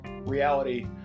reality